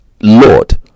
lord